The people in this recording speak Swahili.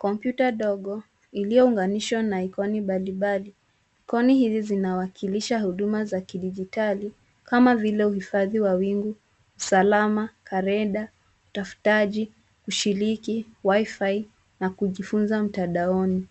Kompyuta dogo iliyounganishwa na ikoni mbalimbali. Ikoni hizi zinawakilisha huduma za kidigitali kama vile uhifadhi wa wingu, usalama, kalenda, utafutaji, ushiriki, Wi-fi na kujifunza mtandaoni.